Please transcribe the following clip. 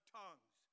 tongues